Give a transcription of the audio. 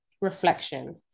reflection